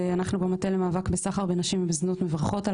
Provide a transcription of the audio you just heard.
אנחנו במטה למאבק בסחר בנשים מברכות על